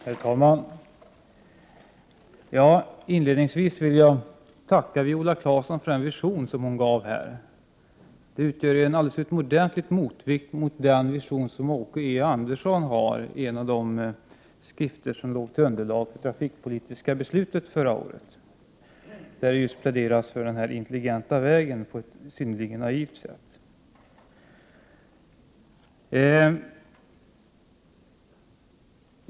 Herr talman! Inledningsvis vill jag tacka Viola Claesson för den vision som hon gav här. Den utgör en alldeles utomordentlig motvikt till den vision som Åke E Andersson har i en av de skrifter som låg till underlag för de trafikpolitiska beslut som fattades förra året. I den pläderades för den s.k. intelligenta vägen på ett synnerligen naivt sätt.